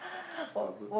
suitable